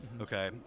okay